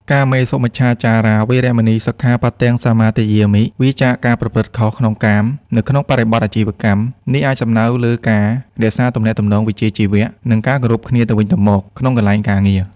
កាមេសុមិច្ឆាចារា វេរមណី សិក្ខាបទំ សមាទិយាមិ វៀរចាកការប្រព្រឹត្តខុសក្នុងកាម នៅក្នុងបរិបទអាជីវកម្ម នេះអាចសំដៅលើការរក្សាទំនាក់ទំនងវិជ្ជាជីវៈ និងការគោរពគ្នាទៅវិញទៅមកក្នុងកន្លែងការងារ។